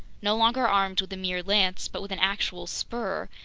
no longer armed with a mere lance but with an actual spur,